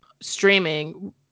streaming